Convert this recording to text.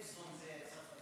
לייבזון זה צרפתי?